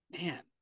man